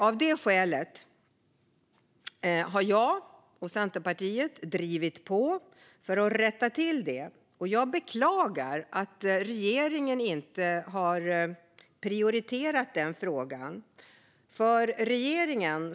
Av det skälet har jag och Centerpartiet drivit på för att rätta till det. Jag beklagar att regeringen inte har prioriterat detta.